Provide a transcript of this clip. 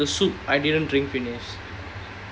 it's just the the broth the soup I didn't drink finish